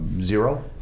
zero